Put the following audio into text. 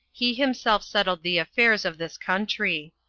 he himself settled the affairs of this country.